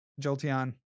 Jolteon